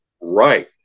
Right